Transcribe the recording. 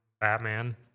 Batman